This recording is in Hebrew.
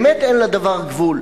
באמת אין לדבר גבול,